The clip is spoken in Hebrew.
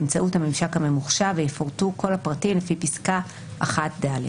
באמצעות הממשק הממוחשב ויפורטו כל הפרטים לפי פסקה (1)(ד)